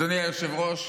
אדוני היושב-ראש,